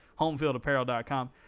homefieldapparel.com